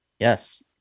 Yes